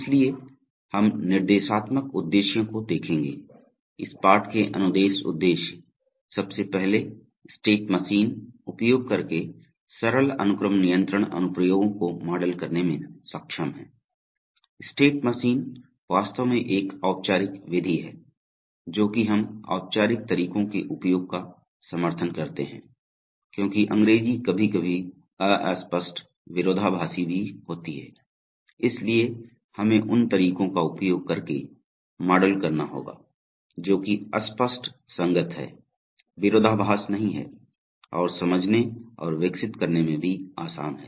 इसलिए हम निर्देशात्मक उद्देश्यों को देखेंगे इस पाठ के अनुदेश उद्देश्य सबसे पहले स्टेट मशीन उपयोग करके सरल अनुक्रम नियंत्रण अनुप्रयोगों को मॉडल करने में सक्षम हैं स्टेट मशीन वास्तव में एक औपचारिक विधि है जोकि हम औपचारिक तरीकों के उपयोग का समर्थन करते हैं क्योंकि अंग्रेजी कभी कभी अस्पष्ट विरोधाभासी भी होती है इसलिए हमें उन तरीकों का उपयोग करके मॉडल करना होगा जो कि स्पष्ट संगत हैं विरोधाभास नहीं हैं और समझने और विकसित करने में भी आसान हैं